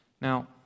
Now